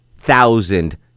Thousand